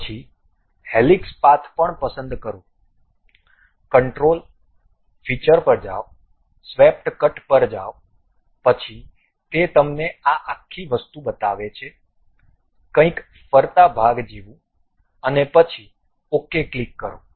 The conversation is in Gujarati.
પછી હેલિક્સ પાથ પણ પસંદ કરો કંટ્રોલ ફીચર પર જાઓ સ્વેપટ કટ પર જાઓ પછી તે તમને આ આખી વસ્તુ બતાવે છે કંઈક ફરતા ભાગ જેવું અને પછી ok ક્લિક કરો